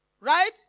right